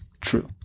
True